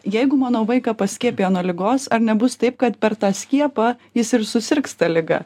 jeigu mano vaiką paskiepijo nuo ligos ar nebus taip kad per tą skiepą jis ir susirgs ta liga